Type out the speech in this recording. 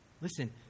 Listen